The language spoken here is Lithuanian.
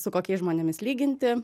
su kokiais žmonėmis lyginti